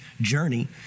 journey